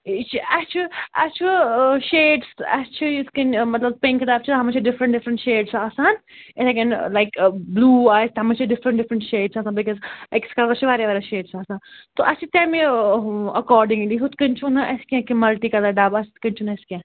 یہِ چھِ اَسہِ چھُ اَسہِ چھُ شیڈٕس تہٕ اَسہِ چھِ یِتھ کَنۍ مطلب پِنٛک دار چھِ اَتھ منٛز چھِ ڈِفرَنٛٹ ڈِفرَنٛٹ شیڈٕس آسان یِتھَے کَنۍ لایِک بِلوٗ آسہِ تَتھ منٛز چھِ ڈِفرَنٛٹ ڈِفرَنٛٹ شیڈٕس آسان بِکَز أکِس کَلرَس چھِ واریاہ واریاہ شیڈٕس آسان تہٕ اَسہِ چھِ تَمہِ اَکاڈِنگلی ہُتھ کَنۍ چھُو نہٕ اَسہِ کیٚنہہ کہِ مَلٹی کَلَر ڈَبہٕ آسہِ تِتھ کَنۍ چھُنہٕ اَسہِ کیٚنہہ